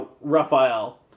Raphael